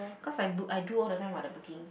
cause I book I do all the time [what] the booking